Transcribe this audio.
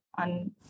on